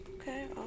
okay